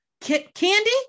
Candy